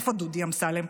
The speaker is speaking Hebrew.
איפה דודי אמסלם?